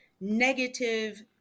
negative